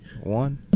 One